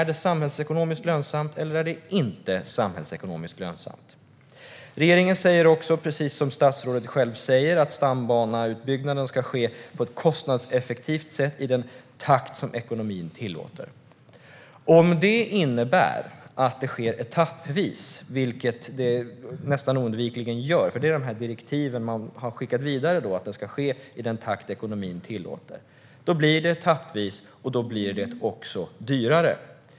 Är det samhällsekonomiskt lönsamt, eller är det inte samhällsekonomiskt lönsamt? Precis som statsrådet också tog upp säger regeringen dessutom att stambaneutbyggnaden ska ske på ett kostnadseffektivt sätt i den takt som ekonomin tillåter. Om det innebär att det sker etappvis, vilket det nästan oundvikligen gör, blir det dyrare. Enligt de direktiv som man har skickat vidare står det att det ska ske i den takt som ekonomin tillåter. Det innebär att det blir etappvis och därmed också dyrare.